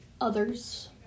others